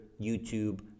YouTube